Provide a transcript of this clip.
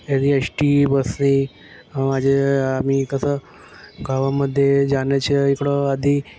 कधी एष्टी बसनी म्हणजे आम्ही कसं गावामध्ये जाण्याच्या इकडं आधी